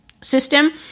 system